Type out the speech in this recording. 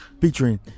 Featuring